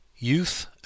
Youth